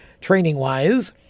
training-wise